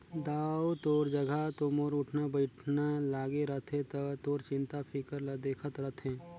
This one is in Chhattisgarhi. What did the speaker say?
दाऊ तोर जघा तो मोर उठना बइठना लागे रथे त तोर चिंता फिकर ल देखत रथें